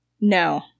No